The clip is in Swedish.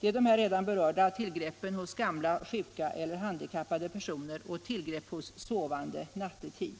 Det är de redan berörda tillgreppen hos gamla, sjuka eller handikappade personer och tillgrepp hos sovande nattetid.